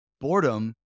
boredom